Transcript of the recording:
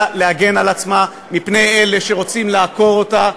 להגן על עצמה מפני אלה שרוצים לעקור אותה,